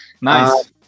Nice